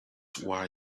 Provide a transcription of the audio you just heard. why